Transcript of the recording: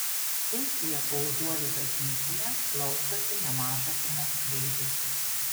spūstyje paužuolių bažnyčioje glaustosi nemaža ir moksleivių